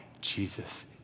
Jesus